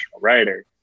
writer